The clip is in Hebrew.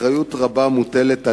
אחריות רבה מוטלת עלינו,